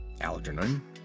Algernon